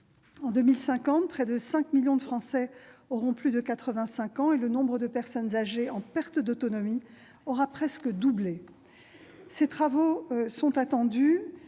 En 2050, près de 5 millions de Français auront plus de 85 ans, et le nombre de personnes âgées en perte d'autonomie aura presque doublé. Les travaux portant sur